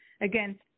Again